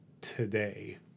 today